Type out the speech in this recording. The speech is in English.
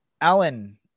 Alan